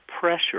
pressure